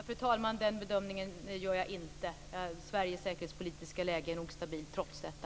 Fru talman! Den bedömningen gör jag inte. Sveriges säkerhetspolitiska läge är nog stabilt trots detta.